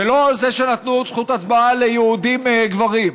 לא על זה שנתנו זכות הצבעה ליהודים גברים.